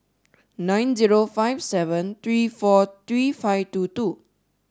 nine zero five seven three four three five two two